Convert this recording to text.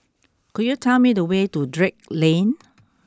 could you tell me the way to Drake Lane